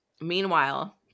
meanwhile